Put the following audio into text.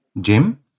Jim